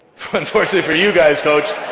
for. unfortuately for you guys, coach.